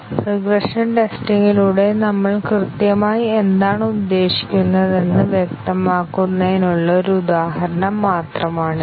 regression ടെസ്റ്റിംഗിലൂടെ നമ്മൾ കൃത്യമായി എന്താണ് ഉദ്ദേശിക്കുന്നതെന്ന് വ്യക്തമാക്കുന്നതിനുള്ള ഒരു ഉദാഹരണം മാത്രമാണ് ഇത്